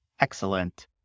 Excellent